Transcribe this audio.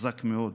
חזק מאוד,